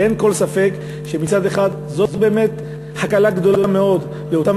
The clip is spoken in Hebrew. אין כל ספק שמצד אחד זאת באמת הקלה גדולה מאוד לאותם